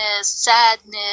sadness